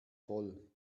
voll